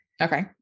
okay